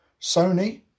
Sony